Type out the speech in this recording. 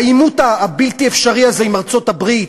העימות הבלתי-אפשרי הזה עם ארצות-הברית,